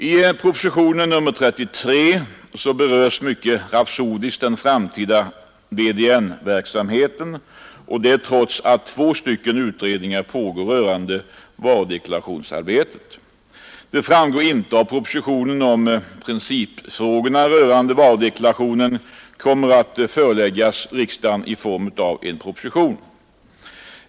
I propositionen 33 berörs mycket rapsodiskt den framtida VDN-verksamheten, och det trots att två utredningar pågår rörande varudeklarationsarbetet. Det framgår inte av propositionen, om principfrågorna rörande varudeklarationen kommer att föreläggas riksdagen i form av en proposition.